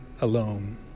alone